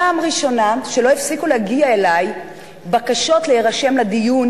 פעם ראשונה שלא הפסיקו להגיע אלי בקשות להירשם לדיון,